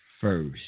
first